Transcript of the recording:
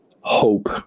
hope